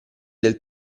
del